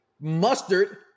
mustard